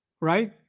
right